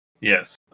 Yes